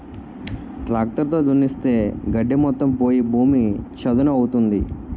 tractor తో దున్నిస్తే గడ్డి మొత్తం పోయి భూమి చదును అవుతుంది